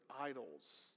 idols